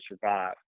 survive